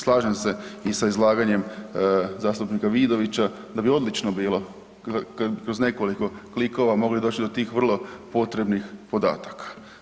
Slažem se i sa izlaganjem zastupnika Vidovića da bi odlično bilo da bi kroz nekoliko klikova mogli doć do tih vrlo potrebnih podataka.